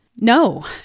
No